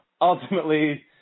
ultimately